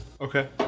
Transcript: Okay